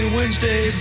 Wednesday